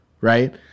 Right